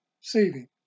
saving